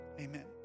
amen